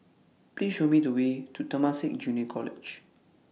Please Show Me The Way to Temasek Junior College